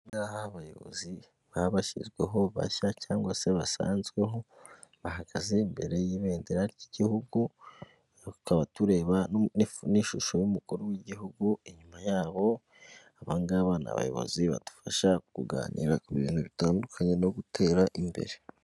Aba ngaba ni bayobozi baba bashyizweho bashya cyangwa se basanzweho, bahagaze imbere y'ibendera ry'igihugu, tukaba tureba n'ishusho y'umukuru w'igihugu inyuma yaho, aba ngaba ni abayobozi badufasha kuganira ku bintu bitandukanye no gutera imbere.